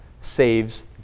saves